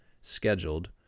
scheduled